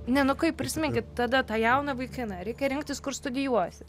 ne nu kaip prisiminkit tada tą jauną vaikiną reikia rinktis kur studijuosi